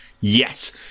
Yes